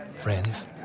Friends